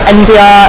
India